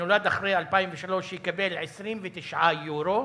שנולד אחרי 2003 יקבל 29 יורו.